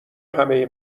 همه